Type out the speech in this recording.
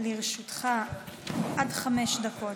לרשותך עד חמש דקות.